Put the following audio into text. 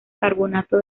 carbonato